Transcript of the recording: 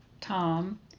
Tom